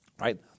right